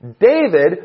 David